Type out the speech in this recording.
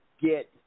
get